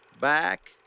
Back